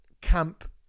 camp